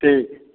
ठीक है